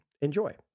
Enjoy